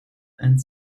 and